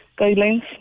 guidelines